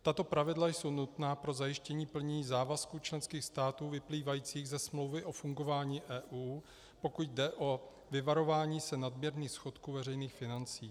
Tato pravidla jsou nutná pro zajištění plnění závazků členských států vyplývajících ze Smlouvy o fungování EU, pokud jde o vyvarování se nadměrných schodků veřejných financí.